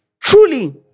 truly